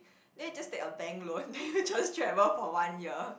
then you just take a bank loan then you just travel for one year